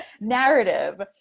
narrative